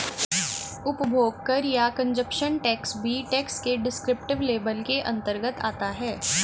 उपभोग कर या कंजप्शन टैक्स भी टैक्स के डिस्क्रिप्टिव लेबल के अंतर्गत आता है